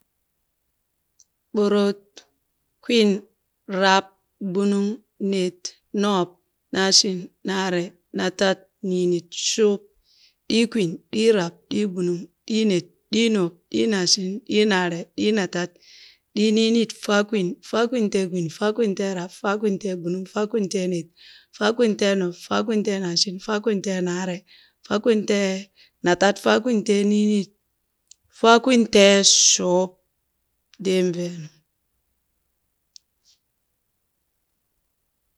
Ɓorot, Kwin, Rab, Gbunung, Ned, Noob, Naashin, Naaree, Natad, Niinid, Shuub, ɗiikwin, ɗiirab, ɗiigbunung, ɗiined, ɗiinoob, ɗiinaashin, ɗiinaare, ɗiinatad, ɗiiniinid, Faakwin, Faakwinteekwin, Faakwinteerab, Faakwinteegbunung, Faakwinteened, Faakwinteenoob, Faakwinteenaashin, Faakwinteenaare, Faakwinteenatad, Faakwinteeniinid, Faakwinteeshuub. deen veenu.